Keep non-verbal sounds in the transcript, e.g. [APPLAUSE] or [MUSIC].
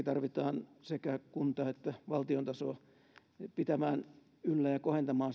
[UNINTELLIGIBLE] tarvitaan sitten taas sekä kunta että valtiotasoa pitämään yllä ja kohentamaan [UNINTELLIGIBLE]